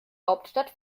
hauptstadt